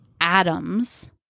atoms